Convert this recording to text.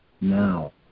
now